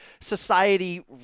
society